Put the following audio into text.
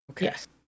Yes